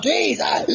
Jesus